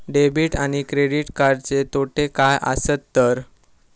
Debit आणि credit कार्डचे तोटे काय आसत तर?